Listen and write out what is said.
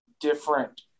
different